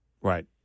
Right